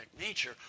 nature